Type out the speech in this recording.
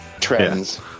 trends